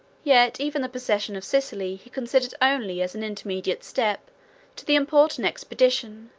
yet even the possession of sicily he considered only as an intermediate step to the important expedition,